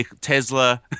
Tesla